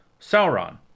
Sauron